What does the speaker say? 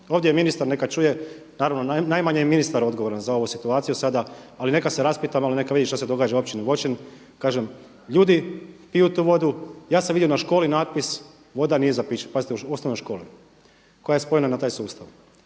Ovdje je ministar, neka čuje, naravno najmanje je ministar odgovoran za ovu situaciju sada, ali neka se raspita neka malo vidi šta se događa u Općini Voćin. Kažem ljudi piju tu vodu, ja sam vidio na školi natpis, voda nije za piće. Pazite, u osnovnoj školi koja je spojena na taj sustava.